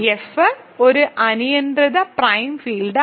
F ഒരു അനിയന്ത്രിതമായ prime ഫീൽഡാണ്